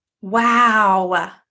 Wow